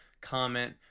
comment